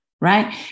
right